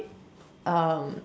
um